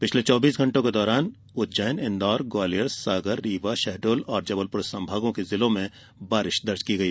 पिछले चौबीस घण्टों के दौरान उज्जैन इन्दौर ग्वालियर सागर रीवा शहडोल और जबलपुर संभाग के जिलों में बारिश दर्ज की गई